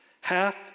Half